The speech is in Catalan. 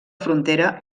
frontera